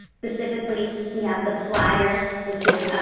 specifically, we have the flyer, which is